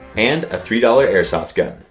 and a three dollars airsoft gun.